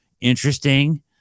interesting